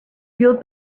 fueled